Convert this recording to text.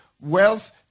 wealth